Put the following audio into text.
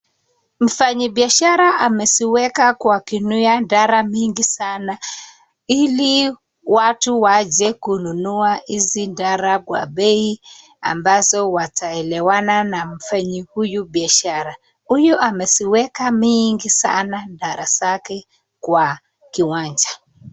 Mfanyi biashara ameziweka kwa kinuya dara mingi sana, ili watu waje kununua izi dara kwa bei ambazo wataelewana na mfanyi huyu biashara. Huyu ameziweka mingi sana dara zake kwa kiwanja.